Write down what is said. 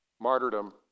Martyrdom